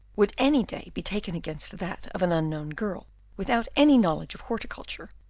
would any day be taken against that of an unknown girl without any knowledge of horticulture,